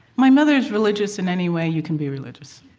my mother is religious in any way you can be religious.